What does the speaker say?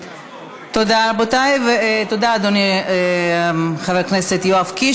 תודה, אדוני, חבר הכנסת יואב קיש.